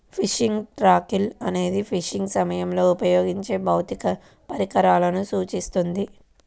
fishing tackle అనేది fishing సమయంలో ఉపయోగించే భౌతిక పరికరాలను సూచిస్తుంది